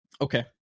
Okay